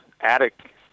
attic